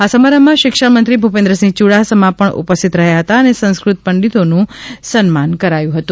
આ સમારંભમાં શિક્ષણમંત્રી ભૂપેન્દ્રસિંહ યુડાસમા પણ ઉપસ્થિત રહ્યા હતા અને સંસ્કૃત પંડિતોનું સન્માન કરાયું હતું